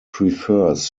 prefers